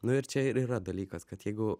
nu ir čia ir yra dalykas kad jeigu